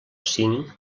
cinc